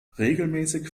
regelmäßig